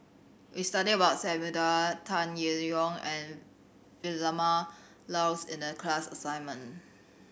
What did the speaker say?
we studied about Samuel Dyer Tan Yee Hong and Vilma Laus in the class assignment